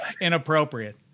inappropriate